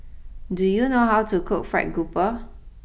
do you know how to cook Fried grouper